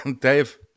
dave